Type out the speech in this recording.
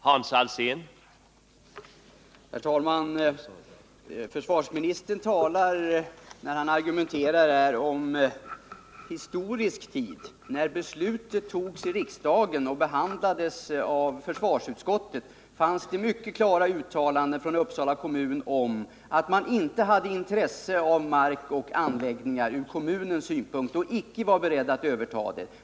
Herr talman! När försvarsministern argumenterar här talar han om historisk tid. Då beslutet togs i riksdagen och behandlades av försvarsutskottet fanns det mycket klara uttalanden från Uppsala kommun om att man i kommunen inte hade intresse av mark och anläggningar och inte var beredd att överta dessa.